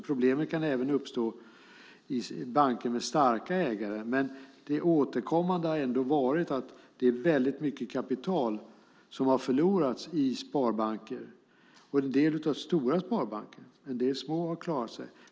Problemet kan även uppstå i banker med starka ägare, men det återkommande har ändå varit att mycket kapital har förlorats i sparbanker, en del i de stora sparbankerna, en del små har klarat sig.